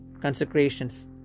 consecrations